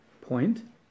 point